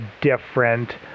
different